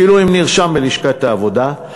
אפילו אם נרשם בלשכת העבודה,